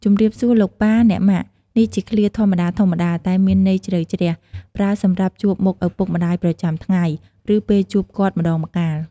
ជំរាបសួរលោកប៉ា អ្នកម៉ាក់! នេះជាឃ្លាធម្មតាៗតែមានន័យជ្រៅជ្រះ ប្រើសម្រាប់ជួបមុខឪពុកម្ដាយប្រចាំថ្ងៃ ឬពេលជួបគាត់ម្ដងម្កាល។